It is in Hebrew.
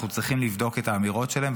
אנחנו צריכים לבדוק את האמירות שלהם,